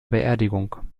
beerdigung